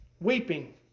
weeping